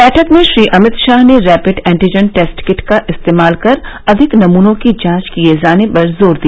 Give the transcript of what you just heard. बैठक में श्री अमित शाह ने रैपिड एंटिजन टेस्ट किट का इस्तेमाल कर अधिक नमूनों की जांच किए जाने पर जोर दिया